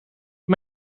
het